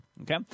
okay